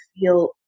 feel